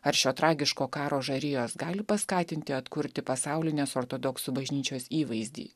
ar šio tragiško karo žarijos gali paskatinti atkurti pasaulinės ortodoksų bažnyčios įvaizdį